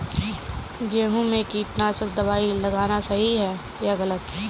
गेहूँ में कीटनाशक दबाई लगाना सही है या गलत?